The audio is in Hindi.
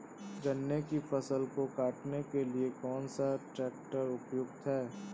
गन्ने की फसल को काटने के लिए कौन सा ट्रैक्टर उपयुक्त है?